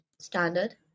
standard